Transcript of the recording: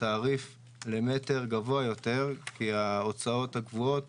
התעריף למטר גבוה יותר כי ההוצאות הקבועות